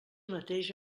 mateix